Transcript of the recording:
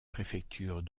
préfectures